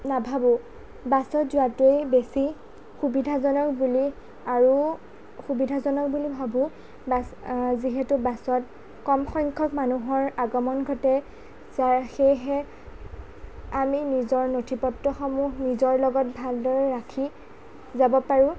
নাভাবোঁ বাছত যোৱাটোৱেই বেছি সুবিধাজনক বুলি আৰু সুবিধাজনক বুলি ভাবোঁ বাছ যিহেতু বাছত কম সংখ্যক মানুহৰ আগমন ঘটে যাৰ সেয়েহে আমি নিজৰ নথি পত্ৰসমূহ নিজৰ লগত ভালদৰে ৰাখি যাব পাৰোঁ